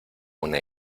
una